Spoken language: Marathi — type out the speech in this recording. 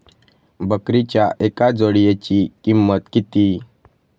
बकरीच्या एका जोडयेची किंमत किती?